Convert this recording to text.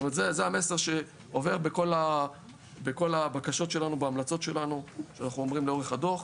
זה המסר שעובר בכל הבקשות שלנו ובהמלצות שלנו שאנחנו אומרים לאורך הדוח.